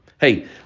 Hey